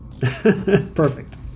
Perfect